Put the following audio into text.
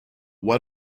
what